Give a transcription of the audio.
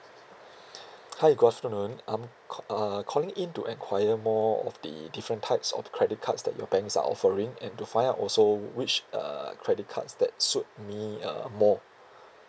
hi good afternoon I'm ca~ uh calling in to enquire more of the different types of credit cards that your banks are offering and to find out also which uh credit cards that suit me uh more